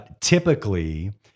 typically